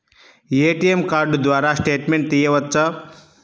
ATM card ద్వారా statement తీయవచ్చా?